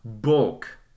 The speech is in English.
bulk